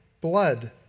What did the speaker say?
blood